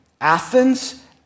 Athens